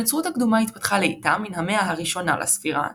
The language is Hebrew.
הנצרות הקדומה התפתחה לאטה מן המאה הראשונה לספירה,